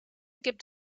gibt